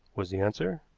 was the answer.